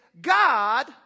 God